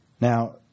Now